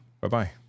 bye-bye